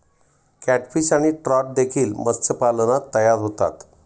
catfish आणि trout देखील मत्स्यपालनात तयार होतात